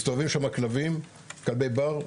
מסתובבים שם כלבי בר,